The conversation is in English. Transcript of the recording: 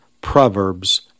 proverbs